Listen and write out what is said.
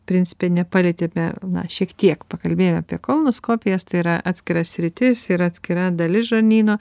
principe nepalietėme na šiek tiek pakalbėjom apie kolonoskopijas tai yra atskira sritis ir atskira dalis žarnyno